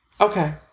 Okay